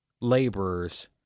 laborers